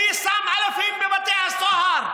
מי שם אלפים בבתי הסוהר?